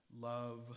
love